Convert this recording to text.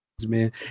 man